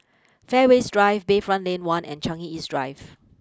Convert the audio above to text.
Fairways Drive Bayfront Lane one and Changi East Drive